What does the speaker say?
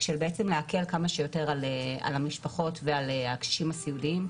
של בעצם להקל כמה שיותר על המשפחות ועל הקשישים הסיעודיים,